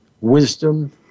wisdom